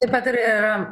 taip pat ir yra